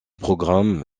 programme